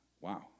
Wow